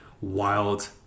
wild